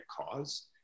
cause